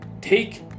take